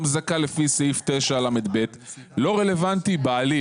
מזכה לפי סעיף 9לב. לא רלוונטי בעליל.